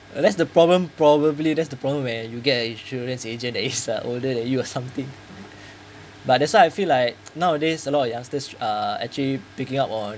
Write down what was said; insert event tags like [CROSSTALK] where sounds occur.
uh that's the problem probably that's the problem where you got an insurance agent is uh [LAUGHS] older than you or something but that's why I feel like nowadays a lot of youngsters uh actually picking up on